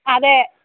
അതെ